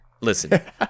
listen